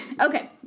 Okay